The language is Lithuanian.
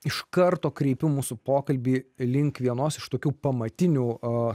iš karto krypo mūsų pokalbį link vienos iš tokių pamatinių o